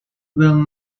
well